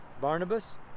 Barnabas